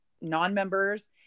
non-members